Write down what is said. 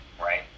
right